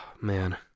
man